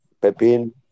Pepin